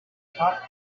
hot